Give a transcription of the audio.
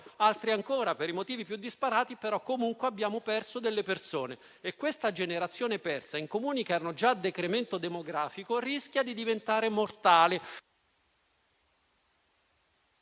ad andarsene per i motivi più disparati. Comunque, noi abbiamo perso delle persone e questa generazione persa, in Comuni che hanno già decremento demografico, rischia di diventare mortale.